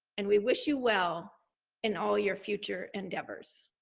and we wish you well in all your future endeavors.